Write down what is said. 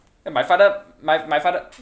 eh my father my my father